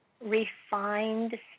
refined